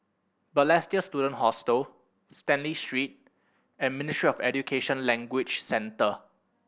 Balestier Student Hostel Stanley Street and Ministry of Education Language Centre